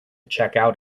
checkout